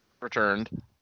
Returned